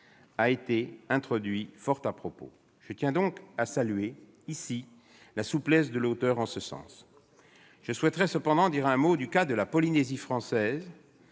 a été introduit fort à propos. Je tiens à saluer ici la souplesse de l'auteur en ce sens. Je souhaite cependant dire un mot du cas de la Polynésie française.